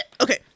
okay